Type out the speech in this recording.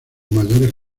mayores